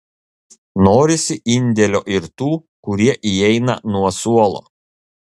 norisi indėlio ir tų kurie įeina nuo suolo